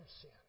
sin